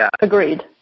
Agreed